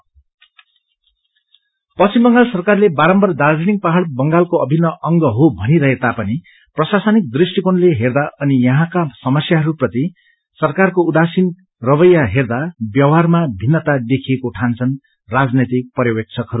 पंचायत पश्चिम बंगाल सरकारले बारम्बार दार्जीलिङ पहाड़ बंगालको अभिन्न अंग हो भनिरहे तापनि प्रशासनिक दृष्टिकोणले हेदा अनि यहाँका समस्याहरूप्रति सरकारको उदासीन रवैया हेर्दा व्यवहारमा भिन्नता देखिएको ठान्छन् राजनैतिक प्यवेक्षकहरू